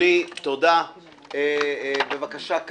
חברת הכנסת קארין אלהרר, בבקשה.